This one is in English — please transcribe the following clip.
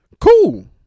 cool